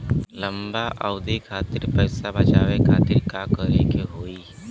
लंबा अवधि खातिर पैसा बचावे खातिर का करे के होयी?